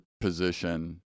position